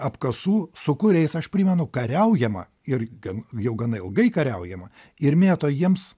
apkasų su kuriais aš primenu kariaujama ir gan jau gana ilgai kariaujama ir mėto jiems